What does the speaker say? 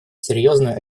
серьезную